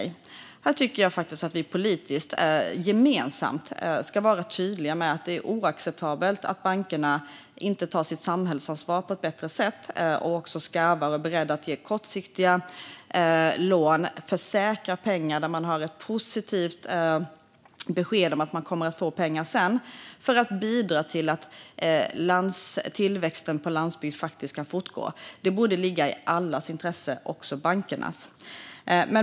Jag tycker att vi politiker gemensamt ska vara tydliga med att det är oacceptabelt att bankerna inte tar sitt samhällsansvar på ett bättre sätt. De måste vara beredda att ge kortsiktiga lån när de vet att låntagaren snart kommer att få pengar. På så sätt bidrar de till tillväxt på landsbygden. Det borde ligga i allas intresse, även bankernas.